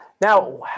Now